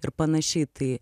ir panašiai tai